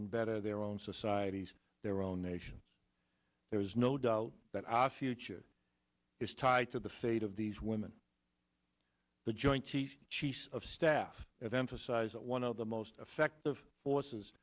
and better their own societies their own nation there is no doubt that our future is tied to the fate of these women the joint chiefs of staff that emphasize that one of the most effective forces